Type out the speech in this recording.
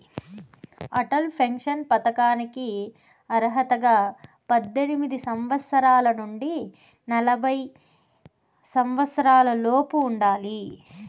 Atal pension పథకానికి అర్హతగా పద్దెనిమిది సంవత్సరాల నుండి నలభై సంవత్సరాలలోపు ఉండాలి